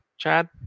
Chad